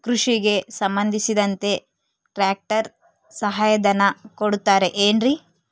ಕೃಷಿಗೆ ಸಂಬಂಧಿಸಿದಂತೆ ಟ್ರ್ಯಾಕ್ಟರ್ ಸಹಾಯಧನ ಕೊಡುತ್ತಾರೆ ಏನ್ರಿ?